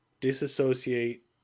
disassociate